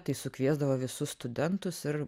tai sukviesdavo visus studentus ir